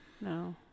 No